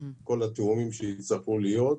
כל התיאומים שיצטרכו להיות,